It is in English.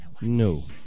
No